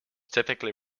typically